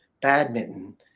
badminton